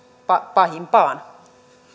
pahimpaan